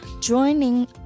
Joining